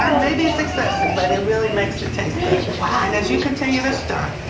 um maybe it's excessive, but it really makes it taste good. ah and as you continue to stir,